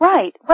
Right